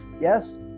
Yes